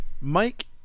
Mike